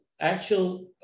actual